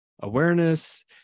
awareness